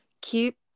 keep